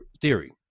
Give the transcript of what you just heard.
theory